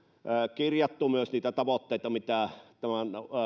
kirjattu niitä tavoitteita mitä tämän